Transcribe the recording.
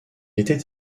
était